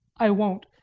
i won't,